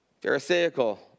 pharisaical